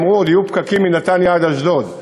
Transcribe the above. אמרו: עוד יהיו פקקים מנתניה עד אשדוד,